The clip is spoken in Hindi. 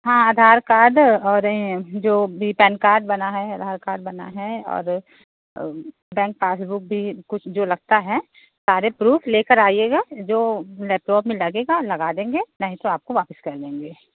हाँ आधार कार्ड और जो भी पैन कार्ड बना है आधार कार्ड बना है और बैंक पासबुक भी कुछ जो लगता है सारे प्रूफ लेकर आइएगा जो लैपटॉप में लगेगा लगा देंगे नहीं तो आपको वापस कर देंगे